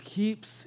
keeps